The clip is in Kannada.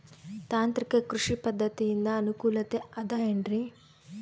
ತಾಂತ್ರಿಕ ಕೃಷಿ ಪದ್ಧತಿಯಿಂದ ಅನುಕೂಲತೆ ಅದ ಏನ್ರಿ?